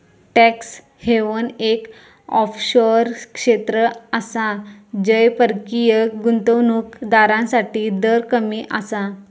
tax haven एक offshore क्षेत्र आसा जय परकीय गुंतवणूक दारांसाठी दर कमी आसा